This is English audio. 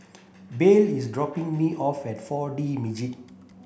Beryl is dropping me off at four D Magix